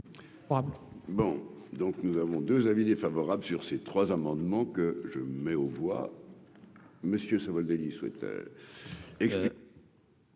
Bon, donc nous avons 2 avis défavorable sur ces trois amendements que je mets aux voix monsieur Savoldelli souhaite et. Merci